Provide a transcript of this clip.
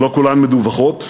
ולא כולן מדווחות,